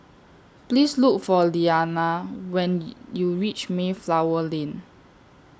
Please Look For Leanna when YOU REACH Mayflower Lane